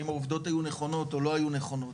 האם העובדות היו נכונות או לא היו נכונות,